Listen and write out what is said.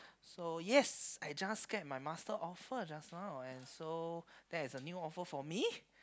so yes I just get my master offer just now and so that is a new offer for me